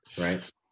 right